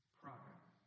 progress